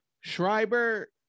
Schreiber